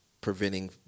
preventing